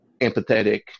empathetic